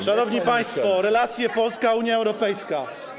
Szanowni państwo, relacje Polska - Unia Europejska.